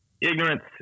ignorance